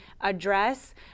address